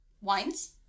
wines